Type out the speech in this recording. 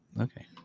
Okay